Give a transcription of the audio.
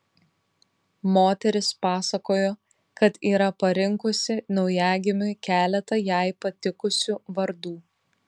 moteris pasakojo kad yra parinkusi naujagimiui keletą jai patikusių vardų